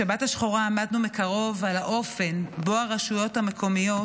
בשבת השחורה עמדנו מקרוב על האופן שבו הרשויות המקומיות,